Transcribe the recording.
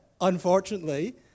unfortunately